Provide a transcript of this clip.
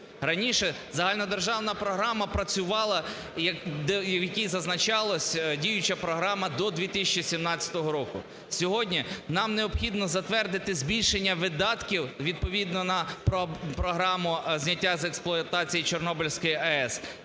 Раніше загальнодержавна програма працювала, в якій зазначалось… діюча програма до 2017 року. Сьогодні нам необхідно затвердити збільшення видатків відповідно на програму зняття з експлуатації Чорнобильської АЕС